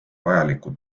vajaliku